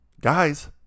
guys